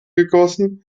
gegossen